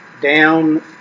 down